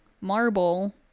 marble